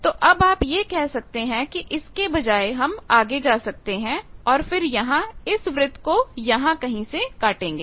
तो अब आप यह कह सकते हैं कि इसके बजाय हम आगे जा सकते हैं और फिर यहां इस वृत्त को यहां कहीं से काटेंगे